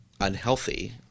unhealthy